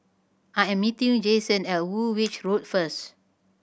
I am meeting Jason at Woolwich Road first